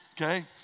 Okay